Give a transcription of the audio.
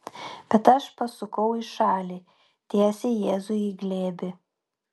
bet aš pasukau į šalį tiesiai jėzui į glėbį